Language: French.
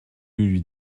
lui